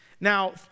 Now